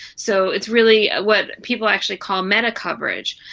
so it's really what people actually call meta-coverage,